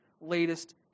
latest